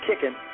kicking